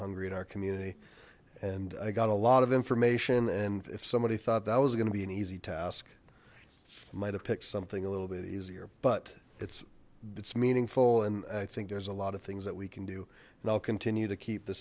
hungry in our community and i got a lot of information and if somebody thought that was going to be an easy task i might have picked something a little bit easier but it's it's meaningful and i think there's a lot of things that we can do and i'll continue to keep the